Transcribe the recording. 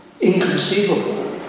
inconceivable